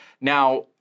Now